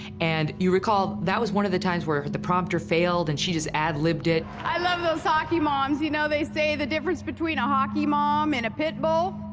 and you recall, that was one of the times where the prompter failed and she just ad-libbed it. i love those hockey moms. you know, they say the difference between a hockey mom and a pit bull?